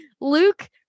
Luke